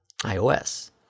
iOS